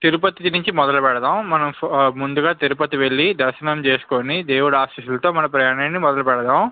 తిరుపతి నుంచి మొదలు పెడదాం మనం ముందుగా తిరుపతి వెళ్ళి దర్శనం చేసుకుని దేవుడి ఆశిస్సులతో మన ప్రయాణాన్ని మొదలు పెడదాం